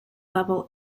level